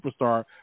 superstar